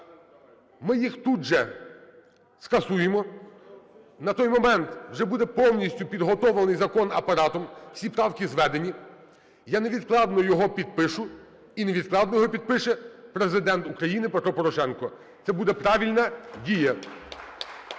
ми їх тут же скасуємо. На той момент вже буде повністю підготовлений закон апаратом, всі правки зведені. Я невідкладно його підпишу і невідкладно його підпише Президент України Петро Порошенко. Це буде правильна дія.